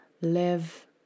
live